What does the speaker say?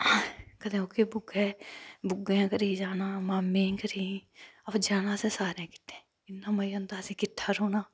कदें कदें ओह्की बूआ दे बूआ दे घरें दे जाना मामें दे घरें गी जाना अवा जाना असें सारें किट्ठे इन्ना मज़ा औंदा असें सारे किट्ठे रौह्ना